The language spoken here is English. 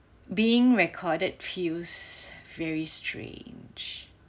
being recorded feels very strange